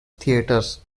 theatres